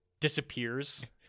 disappears